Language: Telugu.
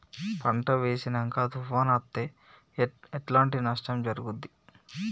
పంట వేసినంక తుఫాను అత్తే ఎట్లాంటి నష్టం జరుగుద్ది?